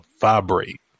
vibrate